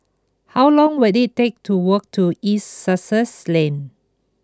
how long will it take to walk to East Sussex Lane